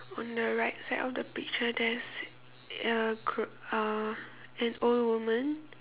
on the right side of the picture there's uh c~ uh an old woman